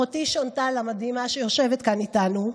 אחותי שונטל המדהימה, שיושבת כאן איתנו,